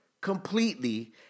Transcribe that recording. completely